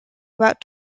about